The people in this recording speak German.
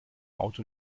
auto